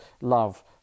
love